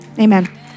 amen